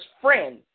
friends